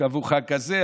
קבעו חג כזה,